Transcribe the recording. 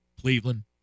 Cleveland